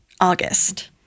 August